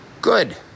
good